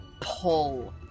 pull